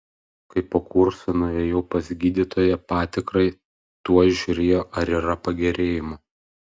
kai po kurso nuėjau pas gydytoją patikrai tuoj žiūrėjo ar yra pagerėjimų